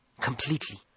completely